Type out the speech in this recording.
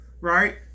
right